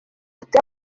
ati